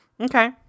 Okay